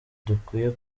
dukwiye